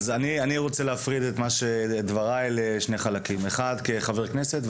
אני רוצה להפריד את דבריי לשני חלקים: אחד כחבר כנסת,